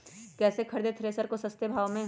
कैसे खरीदे थ्रेसर को सस्ते भाव में?